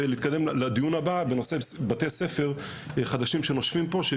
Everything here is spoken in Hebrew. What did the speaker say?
ולהתקדם לדיון הבא בנושא בתי ספר חדשים שנושפים פה,